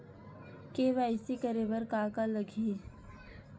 KYC करे बर का का लगही?